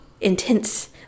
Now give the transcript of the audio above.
intense